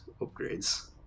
upgrades